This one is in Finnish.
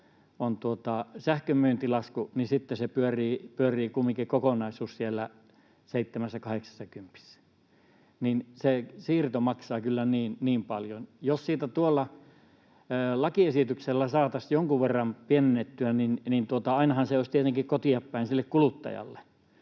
on sähkönmyyntilasku, niin sitten se kokonaisuus pyörii kumminkin siellä seitsemässä-, kahdeksassakympissä. Se siirto maksaa kyllä niin paljon. Jos sitä tuolla lakiesityksellä saataisiin jonkun verran pienennettyä, niin ainahan se olisi tietenkin kotiin päin sille kuluttajalle.